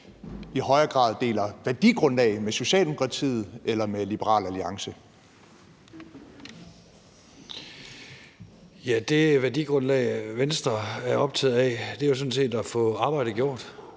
i højere grad deler værdigrundlag med Socialdemokratiet end med Liberal Alliance. Kl. 13:43 Troels Lund Poulsen (V): Det værdigrundlag, Venstre er optaget af, er sådan set at få arbejdet gjort.